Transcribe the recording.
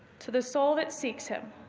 to the soul that seeks him.